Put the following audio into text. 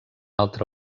altra